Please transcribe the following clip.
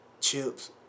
Chips